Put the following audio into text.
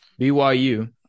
BYU